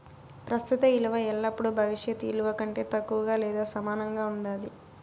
ప్రస్తుత ఇలువ ఎల్లపుడూ భవిష్యత్ ఇలువ కంటే తక్కువగా లేదా సమానంగా ఉండాది